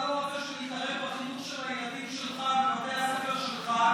אתה לא רוצה שנתערב בחינוך של הילדים שלך בבתי הספר שלך,